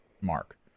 Mark